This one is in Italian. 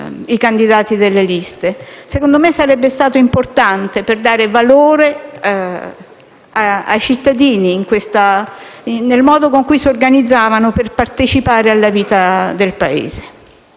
i candidati delle liste, e secondo me sarebbe stato importante per dare valore al modo in cui i cittadini si organizzano per partecipare alla vita del Paese.